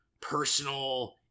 personal